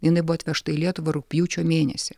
jinai buvo atvežta į lietuvą rugpjūčio mėnesį